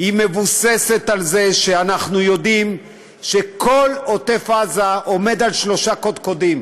מבוססת על זה שאנחנו יודעים שכל עוטף עזה עומד על שלושה קודקודים: